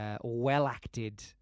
well-acted